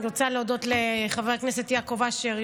אני רוצה להודות לחבר הכנסת יעקב אשר,